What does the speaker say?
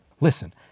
Listen